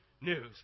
news